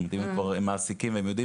זאת אומרת אם הם כבר מעסיקים והם יודעים